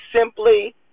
simply